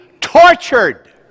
tortured